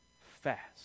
fast